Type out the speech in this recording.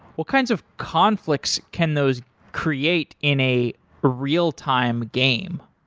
what kinds of conflicts can those create in a real-time game?